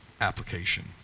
application